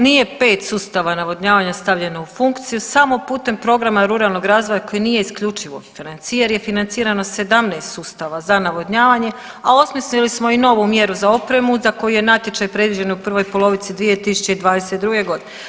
Nije 5 sustava navodnjavanja stavljeno u funkciju, samo putem programa ruralnog razvoja koji nije isključivo …/nerazumljivo/… jer financirano 17 sustava za navodnjavanje, a osmislili smo i novu mjeru za opremu za koju je natječaj predviđen u prvoj polovici 2022. godine.